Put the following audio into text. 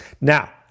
Now